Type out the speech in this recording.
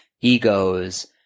egos